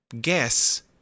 guess